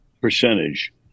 percentage –